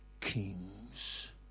kings